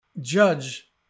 judge